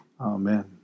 Amen